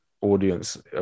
audience